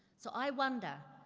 so i wonder,